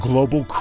Global